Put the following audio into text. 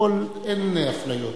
אין אפליות.